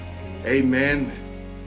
amen